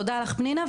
תודה לך, פנינה.